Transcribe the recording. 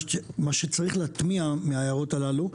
ומה שיש להטמיע מההערות הללו,